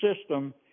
system